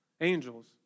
angels